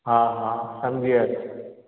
हा हा सम्झी वयुसि